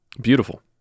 beautiful